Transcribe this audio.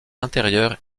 intérieur